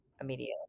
immediately